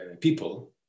People